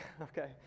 okay